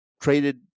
traded